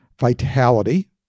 vitality